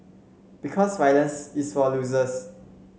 because violence is for losers